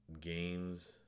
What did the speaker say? games